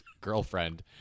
girlfriend